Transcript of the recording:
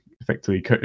effectively